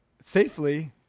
safely